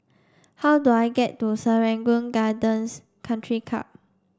how do I get to Serangoon Gardens Country Club